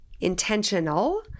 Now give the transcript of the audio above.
intentional